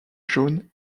jaune